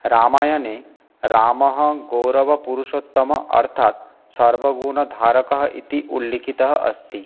रामायणे रामः गौरवपुरुषोत्तमः अर्थात् सर्वगुणधारकः इति उल्लिखितः अस्ति